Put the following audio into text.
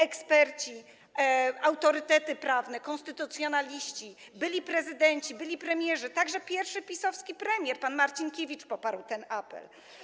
Eksperci, autorytety prawne, konstytucjonaliści, byli prezydenci, byli premierzy, także pierwszy PiS-owski premier, pan Marcinkiewicz, poparli ten apel.